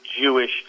Jewish